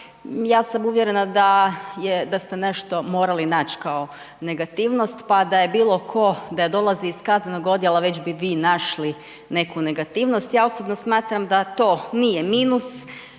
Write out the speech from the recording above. ja sam uvjerena da ste nešto morali nać kao negativnost pa da je bilo ko, da dolazi iz kaznenog odjela već bi vi našli neku negativnost. Ja osobno smatram da to nije minus,